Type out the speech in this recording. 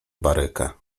baryka